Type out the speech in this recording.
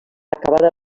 acabada